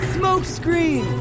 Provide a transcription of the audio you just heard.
smokescreen